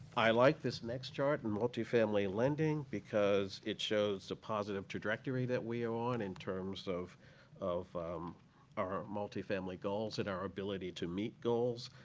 i like this next chart, and multifamily lending, because it shows the positive true trajectory that we are on in terms of of um our multifamily goals and our ability to meet goals.